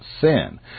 sin